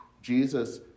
Jesus